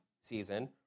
season